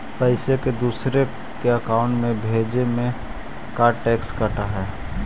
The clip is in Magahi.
पैसा के दूसरे के अकाउंट में भेजें में का टैक्स कट है?